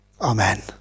amen